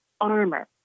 armor